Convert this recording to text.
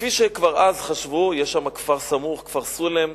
כפי שכבר אז חשבו, יש שם כפר סמוך, כפר סולם.